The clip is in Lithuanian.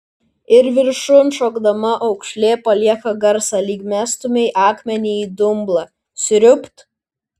ir viršun šokdama aukšlė palieka garsą lyg mestumei akmenį į dumblą sriubt